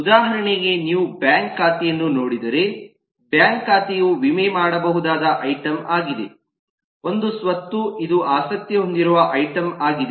ಉದಾಹರಣೆಗೆ ನೀವು ಬ್ಯಾಂಕ್ ಖಾತೆಯನ್ನು ನೋಡಿದರೆ ಬ್ಯಾಂಕ್ ಖಾತೆಯು ವಿಮೆ ಮಾಡಬಹುದಾದ ಐಟಂ ಆಗಿದೆ ಒಂದು ಸ್ವತ್ತು ಇದು ಆಸಕ್ತಿ ಹೊಂದಿರುವ ಐಟಂ ಆಗಿದೆ